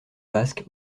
basque